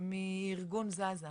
מארגון "זזה".